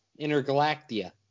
Intergalactia